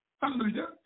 Hallelujah